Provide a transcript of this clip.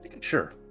sure